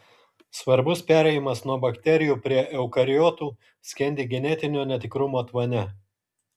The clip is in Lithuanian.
svarbus perėjimas nuo bakterijų prie eukariotų skendi genetinio netikrumo tvane